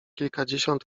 kilkadziesiąt